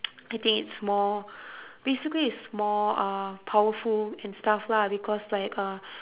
I think it's more basically it's more uh powerful and stuff lah because like uh